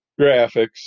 graphics